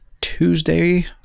Tuesday